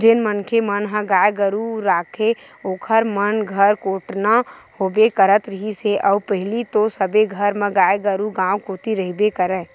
जेन मनखे मन ह गाय गरु राखय ओखर मन घर कोटना होबे करत रिहिस हे अउ पहिली तो सबे घर म गाय गरु गाँव कोती रहिबे करय